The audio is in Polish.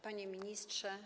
Panie Ministrze!